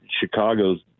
Chicago's